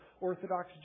Orthodox